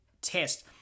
test